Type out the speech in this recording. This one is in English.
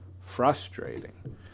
Frustrating